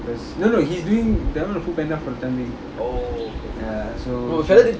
cause no no he's doing the that one the foodpanda from ya so